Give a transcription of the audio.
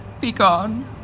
begone